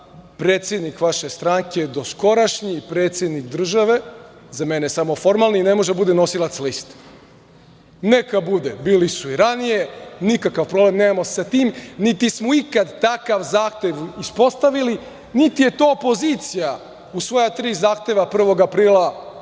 predsednik vaše stranke, doskorašnji, predsednik države, za mene samo formalni, ne može da bude nosilac liste. Neka bude, bili su i ranije, nikakav problem nemamo sa tim, niti smo ikada takav zahtev uspostavili, niti je to opozicija u svoja tri zahteva 1. aprila rekla.